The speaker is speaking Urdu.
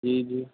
جی جی